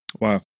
Wow